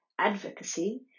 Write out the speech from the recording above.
advocacy